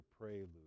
prelude